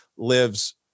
lives